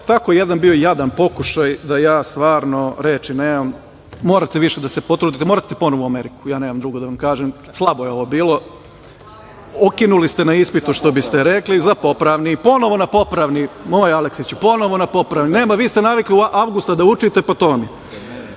bio jedan jadan pokušaj, da ja stvarno reči nemam. Morate više da se potrudite, morate ponovo u Ameriku. Ja nemam drugo da vam kažem. Slabo je ovo bilo. Okinuli ste na ispitu, što bi se reklo, za popravni, ponovo na poravni, moj Aleksiću, ponovo na popravni. Nema, vi ste navikli u avgustu da učite, pa to